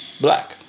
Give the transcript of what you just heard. black